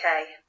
okay